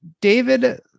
David